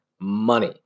money